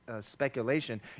speculation